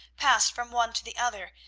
passed from one to the other,